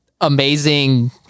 amazing